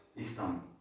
Istanbul